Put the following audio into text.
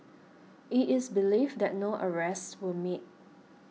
it is believed that no arrests were made